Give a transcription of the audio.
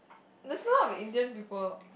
there's a lot of Indian people